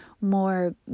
more